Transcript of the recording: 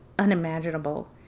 unimaginable